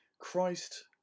Christ